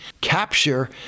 capture